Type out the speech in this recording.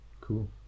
cool